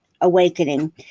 awakening